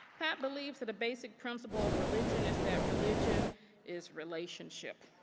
pat believes that a basic principle of religion is that religion is relationship.